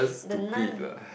the Nun